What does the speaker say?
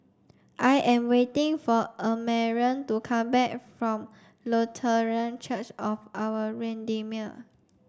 I am waiting for Amarion to come back from Lutheran Church of Our Redeemer